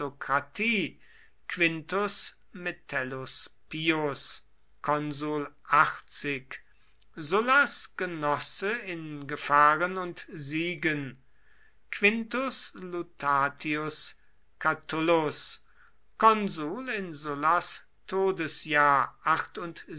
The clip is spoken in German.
quintus metellus pius sullas genosse in gefahren und siegen quintus lutatius catulus konsul in sullas